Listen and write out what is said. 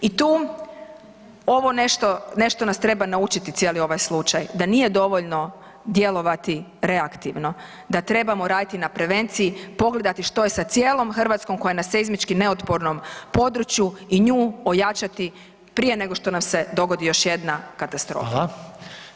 I tu ovo nešto, nešto nas treba naučiti cijeli ovaj slučaj da nije dovoljno djelovati reaktivno, da trebamo raditi na prevenciji, pogledati što je sa cijelom Hrvatskom koja je na seizmički neotpornom području i nju ojačati prije nego što nam se dogodi još jedna katastrofa.